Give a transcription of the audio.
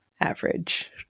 average